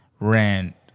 rent